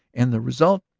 and the result.